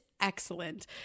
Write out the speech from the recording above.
excellent